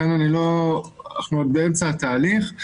אנחנו עוד באמצע התהליך.